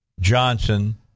Johnson